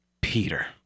Peter